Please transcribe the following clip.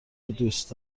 دوست